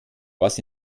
was